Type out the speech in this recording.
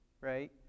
right